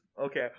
Okay